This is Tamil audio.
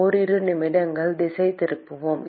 ஓரிரு நிமிடங்கள் திசை திருப்புவோம்